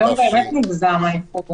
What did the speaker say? היום באמת מוגזם האיחור.